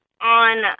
on